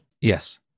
Yes